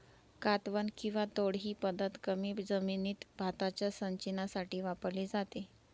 कातवन किंवा तोड ही पद्धत कमी जमिनीत भाताच्या सिंचनासाठी वापरली जाते